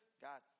God